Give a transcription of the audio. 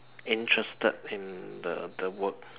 interested in the the work